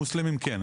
מוסלמים כן,